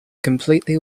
completely